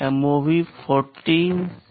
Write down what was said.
MOV r14 से PC